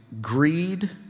greed